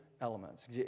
elements